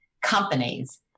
companies